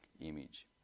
image